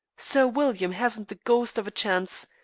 sir william hasn't the ghost of a chance.